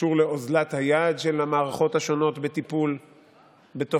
קשור לאוזלת היד של המערכות השונות בטיפול בתופעות